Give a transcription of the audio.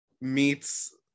meets